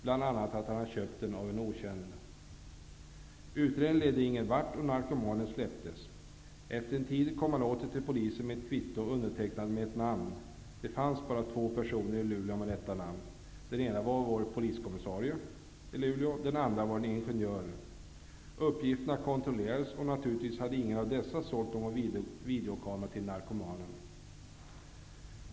Bl.a. sade han att han hade köpt den av en okänd. Utredningen ledde ingen vart, och narkomanen släpptes. Efter en tid kom han åter till polisen med ett kvitto, undertecknat med ett namn. Det fanns bara två personer i Luleå med detta namn. Den ene var vår poliskommissarie, och den andre var en ingenjör. Uppgifterna kontrollerades, och naturligtvis hade ingen av dessa sålt någon videokamera till narkomanen.